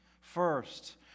First